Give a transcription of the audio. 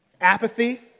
Apathy